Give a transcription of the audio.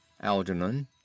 Algernon